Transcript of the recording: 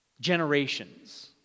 generations